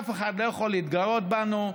אף אחד לא יכול להתגרות בנו,